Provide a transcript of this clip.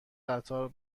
قطار